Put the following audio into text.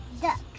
Duck